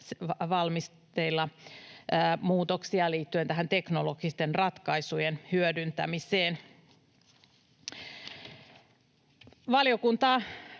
valmisteilla muutoksia liittyen teknologisten ratkaisujen hyödyntämiseen. Valiokunta